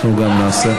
אנחנו גם נעשה,